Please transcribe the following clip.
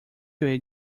way